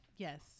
Yes